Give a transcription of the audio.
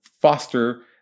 foster